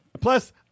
plus